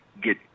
get